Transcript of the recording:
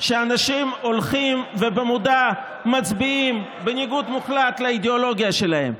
כשאנשים הולכים ובמודע מצביעים בניגוד מוחלט לאידיאולוגיה שלהם,